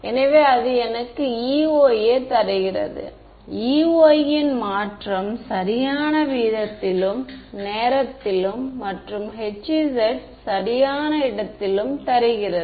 எனவே அது எனக்கு E y யை தருகிறது E y ன் மாற்றம் சரியான வீதத்திலும் நேரத்திலும் மற்றும் H z சரியான இடத்திலும் தருகிறது